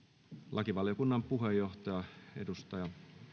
lakivaliokunnan puheenjohtaja edustaja